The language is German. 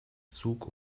zug